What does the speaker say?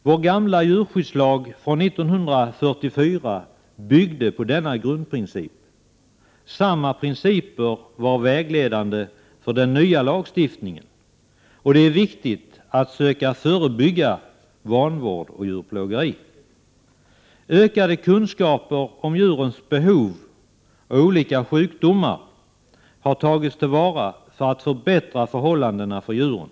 Vår gamla djurskyddslag från 1944 byggde på denna grundprincip. Samma principer var vägledande för den nya lagstiftningen. Det är viktigt att söka förebygga vanvård och djurplågeri. De ökade kunskaperna om djurens behov och olika sjukdomar har man tagit till vara, eftersom man vill förbättra förhållandena för djuren.